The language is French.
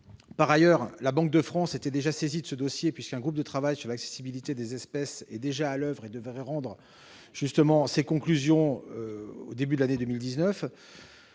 Par ailleurs, la Banque de France est déjà saisie de ce dossier, puisqu'un groupe de travail sur l'accessibilité des espèces, déjà à l'oeuvre, devrait rendre ses conclusions au début de l'année 2019.